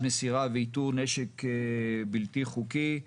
מסירה ואיתור נשק בלתי חוקי.